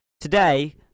today